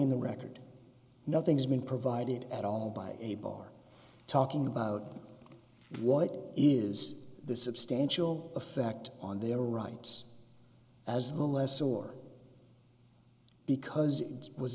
in the record nothing's been provided at all by a bar talking about what is the substantial effect on their rights as a less sore because it was